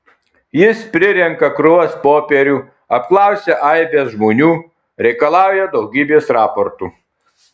jis prirenka krūvas popierių apklausia aibes žmonių reikalauja daugybės raportų